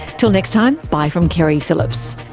til next time, bye from keri phillips